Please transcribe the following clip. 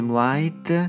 White